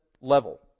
level